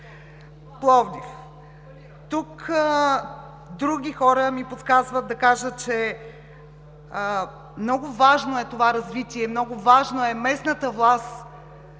Пловдив; други хора ми подсказват да кажа, че много важно за това развитие е как местната власт